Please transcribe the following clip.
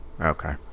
Okay